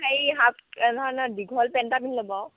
হেৰি হাফ নহয় নহয় দীঘল পেণ্ট এটা পিন্ধি ল'ব আকৌ